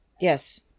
Yes